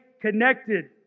connected